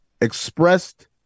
expressed